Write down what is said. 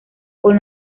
con